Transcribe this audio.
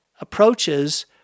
approaches